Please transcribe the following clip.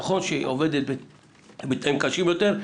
נכון שהיא עובדת בתנאים קשים יותר,